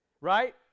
Right